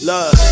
Love